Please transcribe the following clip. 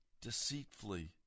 deceitfully